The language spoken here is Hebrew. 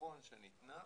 הביטחון שניתנה,